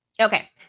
Okay